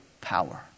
power